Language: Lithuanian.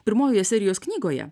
pirmojoje serijos knygoje